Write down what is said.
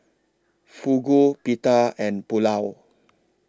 Fugu Pita and Pulao